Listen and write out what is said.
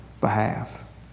behalf